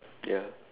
ya